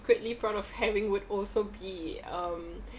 secretly proud of having would also be um